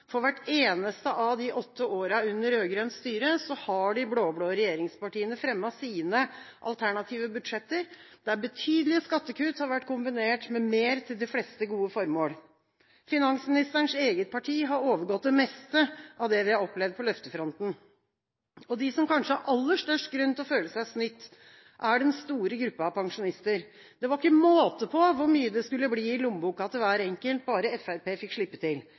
For hvert eneste av de åtte årene under rød-grønt styre har de blå-blå regjeringspartiene fremmet sine alternative budsjetter, der betydelige skattekutt har vært kombinert med mer til de fleste gode formål. Finansministerens eget parti har overgått det meste av det vi har opplevd på løftefronten. De som kanskje har aller størst grunn til å føle seg snytt, er den store gruppa av pensjonister. Det var ikke måte på hvor mye det skulle bli i lommeboka til hver enkelt, bare Fremskrittspartiet fikk slippe til.